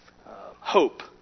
hope